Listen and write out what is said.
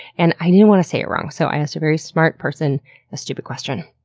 and i didn't want to say it wrong, so i asked a very smart person a stupid question.